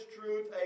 truth